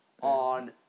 on